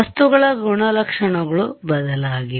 ವಸ್ತುಗಳ ಗುಣಲಕ್ಷಣಗಳು ಬದಲಾಗಿವೆ